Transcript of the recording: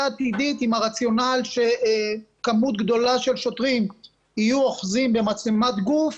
העתידית עם הרציונל שכמות גדולה של שוטרים יהיו אוחזים במצלמת גוף,